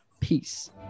Peace